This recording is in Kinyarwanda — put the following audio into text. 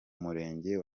murenge